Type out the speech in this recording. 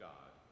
God